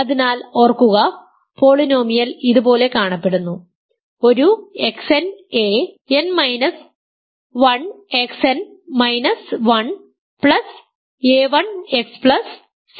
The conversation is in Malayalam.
അതിനാൽ ഓർക്കുക പോളിനോമിയൽ ഇതുപോലെ കാണപ്പെടുന്നു ഒരു X n a n minus 1 x n minus 1 plus a 1 x plus 0